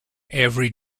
every